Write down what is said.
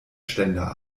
ständer